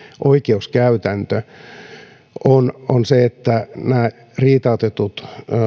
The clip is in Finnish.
oikeuskäytäntö on se että näitä riitautettuja